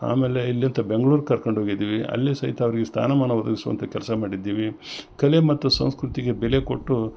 ಆಮೇಲೆ ಇಲ್ಲಿ ಯಂತ ಬೆಂಗ್ಳೂರು ಕರ್ಕೊಂಡು ಹೋಗಿದ್ದೀವಿ ಅಲ್ಲಿ ಸಹಿತ ಅವ್ರ್ಗೆ ಸ್ಥಾನಮಾನ ಒದಗಿಸುವಂಥ ಕೆಲಸ ಮಾಡಿದ್ದೀವಿ ಕಲೆ ಮತ್ತು ಸಂಸ್ಕೃತಿಗೆ ಬೆಲೆ ಕೊಟ್ಟು